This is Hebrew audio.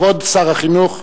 כבוד שר החינוך.